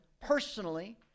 personally